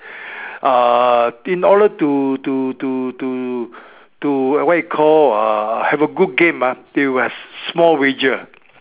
uh in order to to to to to what you call uh have a good game ah they must small wager